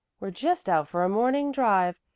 we're just out for a morning drive.